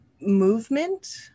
movement